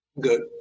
Good